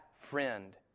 friend